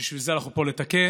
ובשביל זה אנחנו פה, לתקן.